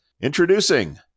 Introducing